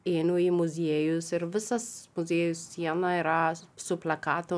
einu į muziejus ir visas muziejus sieną yra su plakatu